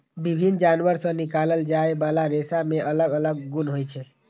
विभिन्न जानवर सं निकालल जाइ बला रेशा मे अलग अलग गुण होइ छै